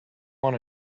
want